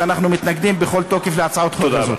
ואנחנו מתנגדים בכל תוקף להצעת החוק הזאת.